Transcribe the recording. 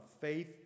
faith